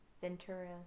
Ventura